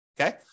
Okay